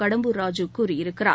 கடம்பூர் ராஜு கூறியிருக்கிறார்